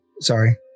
Sorry